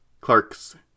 Clark's